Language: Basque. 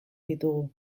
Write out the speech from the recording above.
ditugu